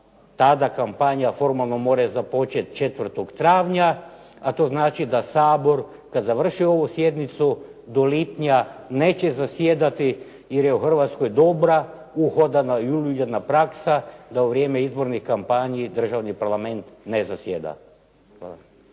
tada kampanja formalno može započeti 4. travnja, a to znači da Sabor kad završi ovu sjednicu do lipnja neće zasjedati, jer je u Hrvatskoj dobra, uhodana i uljuđena praksa da u vrijeme izbornih kampanji državni parlament ne zasjeda.